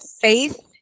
faith